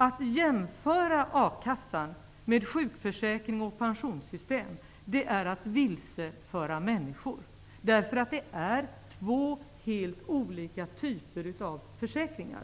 Att jämföra a-kassa med sjukförsäkring och pensionssystem är att vilseföra människor. Det är två helt olika typer av försäkringar.